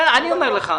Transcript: בסדר, אני אומר לך.